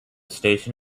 station